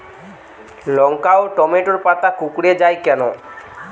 লঙ্কা ও টমেটোর পাতা কুঁকড়ে য়ায় কেন?